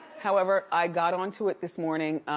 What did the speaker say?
however, i got onto it this morning.